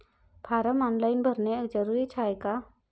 Form online भरने जरुरीचे हाय का?